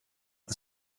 the